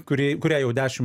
kuri kuriai jau dešim